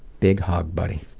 big hug, buddy.